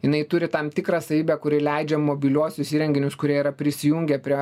jinai turi tam tikrą savybę kuri leidžia mobiliuosius įrenginius kurie yra prisijungę prie